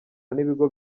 n’ibigo